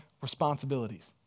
responsibilities